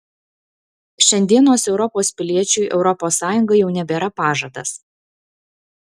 šiandienos europos piliečiui europos sąjunga jau nebėra pažadas